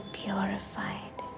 purified